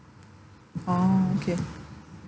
orh okay